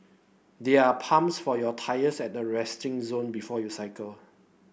there are pumps for your tyres at the resting zone before you cycle